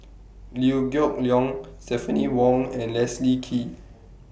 Liew Geok Leong Stephanie Wong and Leslie Kee